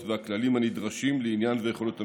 והכללים הנדרשים לעניין היכולות המבצעיות.